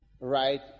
right